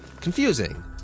confusing